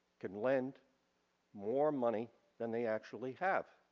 can lend more money than they actually have.